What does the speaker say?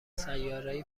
سیارهای